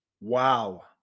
wow